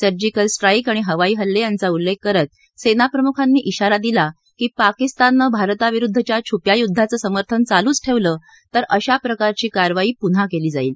surgical strike आणि हवाई हल्ले यांचा उल्लेख करत सेनाप्रमुखांनी इशारा दिला की पाकिस्ताननं भारताविरुद्धच्या छुप्या युद्धाचं समर्थन चालूच ठेवलं तर अशा प्रकारची कारवाई पुन्हा केली जाईल